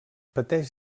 pateix